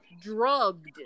drugged